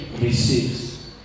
receives